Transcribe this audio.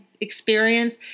experience